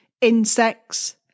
insects